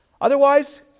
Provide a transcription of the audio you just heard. Otherwise